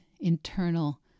internal